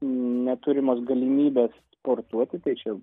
neturimos galimybės sportuoti tai čia